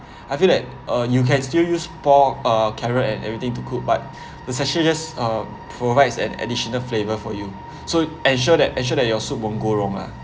I feel that uh you can still use pork uh carrot and everything to cook but sachet just uh provides an additional flavor for you so ensure that ensure that your soup won't go wrong lah